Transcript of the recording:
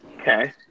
Okay